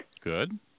Good